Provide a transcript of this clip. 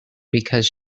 because